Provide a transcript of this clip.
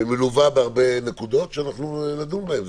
ומלווה בהרבה נקודות שנדון בהן.